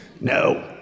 no